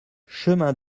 chemin